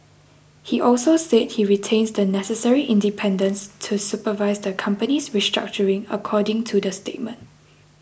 he also said he retains the necessary independence to supervise the company's restructuring according to the statement